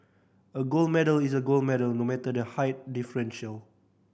a gold medal is a gold medal no matter the height differential